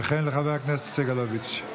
וכן לחבר הכנסת סגלוביץ'.